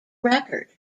record